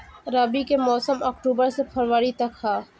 रबी के मौसम अक्टूबर से फ़रवरी तक ह